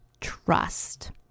trust